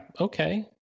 okay